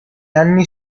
anni